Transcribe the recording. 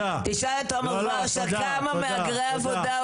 תשאל את תומר ורשה כמה מהגרי עבודה,